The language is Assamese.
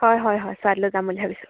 হয় হয় চৰাইদেউলৈ যাম বুলি ভাবিছোঁ